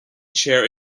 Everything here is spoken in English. chair